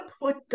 put